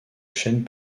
chêne